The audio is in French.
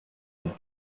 une